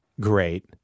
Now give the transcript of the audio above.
great